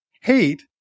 hate